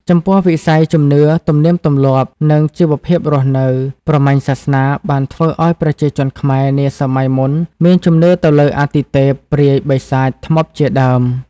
ចំពោះវិស័យជំនឿ ទំនៀមទម្លាប់ និង ជីវភាពរស់នៅ ព្រហ្មញ្ញសាសនាបានធ្វើឱ្យប្រជាជនខ្មែរ នាសម័យមុនមានជំនឿទៅលើអាទិទេព ព្រាយ បិសាច ធ្មប់ជាដើម។